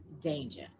danger